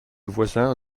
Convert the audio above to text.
voisin